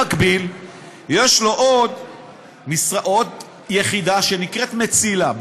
במקביל יש לו עוד יחידה, שנקראת מצילה.